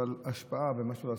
אבל השפעה ומשהו לעשות,